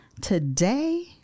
today